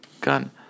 gun